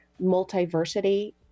Multiversity